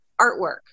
artwork